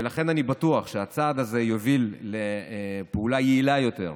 ולכן אני בטוח שהצעד הזה יוביל לפעולה יעילה יותר,